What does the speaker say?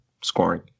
scoring